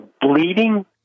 bleeding